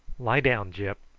lie down, gyp!